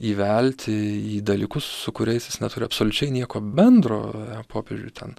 įvelti į dalykus su kuriais jis neturi absoliučiai nieko bendro popiežiui ten